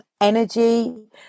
energy